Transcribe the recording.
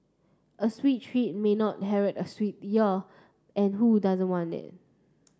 a sweet treat may not herald a sweet year and who does want it